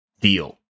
deal